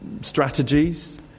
strategies